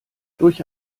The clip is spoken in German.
durch